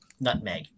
Nutmeg